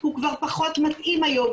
הוא כבר פחות מתאים היום,